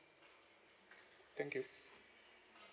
thank you